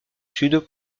sud